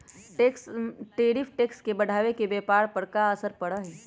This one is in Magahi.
टैरिफ टैक्स के बढ़ावे से व्यापार पर का असर पड़ा हई